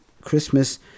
Christmas